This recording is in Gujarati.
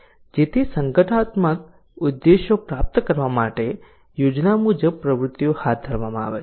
જેથી સંગઠનાત્મક ઉદ્દેશો પ્રાપ્ત કરવા માટે યોજના મુજબ પ્રવૃત્તિઓ હાથ ધરવામાં આવે છે